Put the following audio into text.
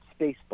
spacebar